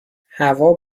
هوا